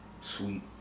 sweet